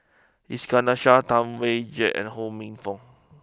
Iskandar Shah Tam Wai Jia and Ho Minfong